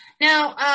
now